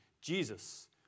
Jesus